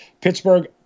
Pittsburgh